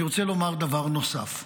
אני רוצה לומר דבר נוסף.